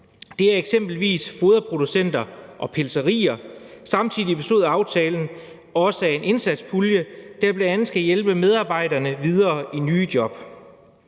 det er eksempelvis foderproducenter og pelserier. Samtidig bestod aftalen også af en indsatspulje, der bl.a. skal hjælpe medarbejderne videre i nye job.